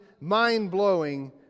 mind-blowing